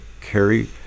carry –